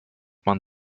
man